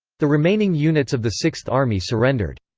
the remaining units of the sixth army surrendered.